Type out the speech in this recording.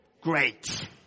Great